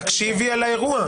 תקשיבי לאירוע.